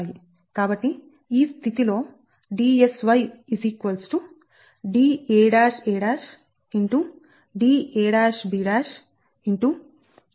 కాబట్టిఈ స్థితి లో Dsy Daa